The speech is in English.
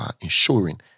ensuring